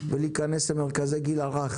ולהיכנס למרכזי הגיל הרך